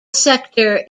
sector